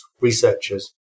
researchers